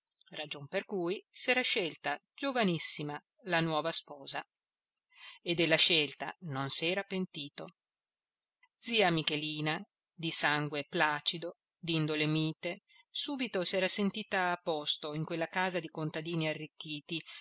ragion per cui s'era scelta giovanissima la nuova sposa e della scelta non s'era pentito zia michelina di sangue placido d'indole mite subito s'era sentita a posto in quella casa di contadini arricchiti